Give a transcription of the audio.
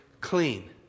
clean